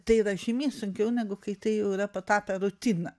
tai yra žymiai sunkiau negu kai tai jau yra patapę rutina